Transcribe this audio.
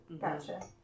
gotcha